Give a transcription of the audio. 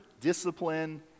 discipline